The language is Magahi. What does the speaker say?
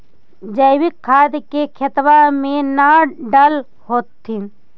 जैवीक खाद के खेतबा मे न डाल होथिं?